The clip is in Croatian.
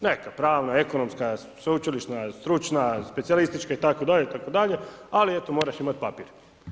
Neka pravna, ekonomska, sveučilišna, stručna, specijalistička itd., itd. ali eto, moraš imati papir.